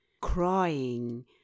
crying